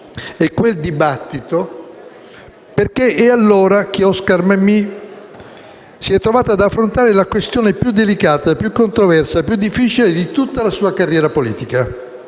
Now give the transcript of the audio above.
è allora che Oscar Mammì si è trovato ad affrontare la questione più delicata, più controversa e più difficile di tutta la sua carriera politica.